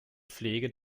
pflege